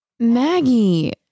Maggie